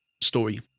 story